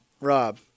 Rob